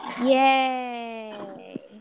Yay